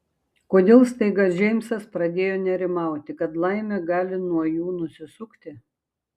kodėl staiga džeimsas pradėjo nerimauti kad laimė gali nuo jų nusisukti